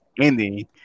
ending